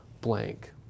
blank